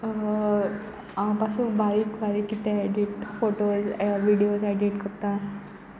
हांव पासून बारीक बारीक कितें एडिट फोटो विडियोज एडीट करतां